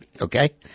Okay